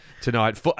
tonight